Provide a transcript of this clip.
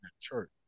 church